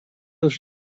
już